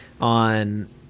on